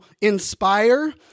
inspire